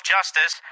Justice